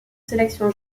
sélection